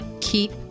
keep